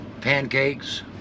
pancakes